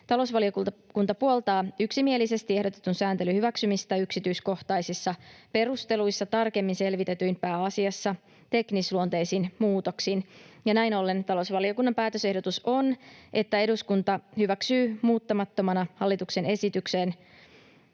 Talousvaliokunta puoltaa yksimielisesti ehdotetun sääntelyn hyväksymistä yksityiskohtaisissa perusteluissa tarkemmin selvitetyin, pääasiassa teknisluonteisin muutoksin. Näin ollen talousvaliokunnan päätösehdotus on, että eduskunta hyväksyy muuttamattomana hallituksen esitykseen